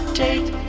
take